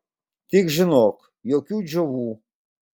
tik žinok jokių džiovų